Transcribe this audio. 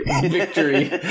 victory